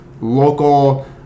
local